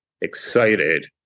excited